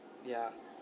ya